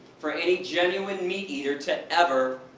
for any genuine meat eater to ever,